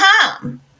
come